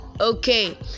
okay